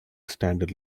standard